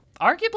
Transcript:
arguably